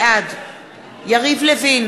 בעד יריב לוין,